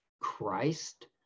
Christ